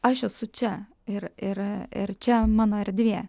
aš esu čia ir ir ir čia mano erdvė